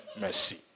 mercy